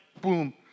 boom